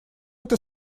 это